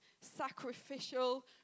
sacrificial